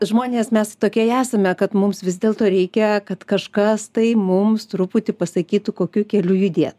žmonės mes tokie esame kad mums vis dėlto reikia kad kažkas tai mums truputį pasakytų kokiu keliu judėt